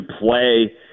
play